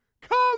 Come